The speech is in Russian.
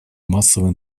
массовой